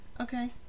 Okay